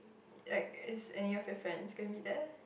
like is any of your friends gonna meet there